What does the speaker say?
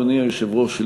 אדוני היושב-ראש,